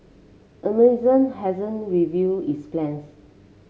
amazon hasn't revealed its plans